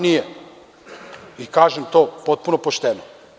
Nije i kažem to potpuno pošteno.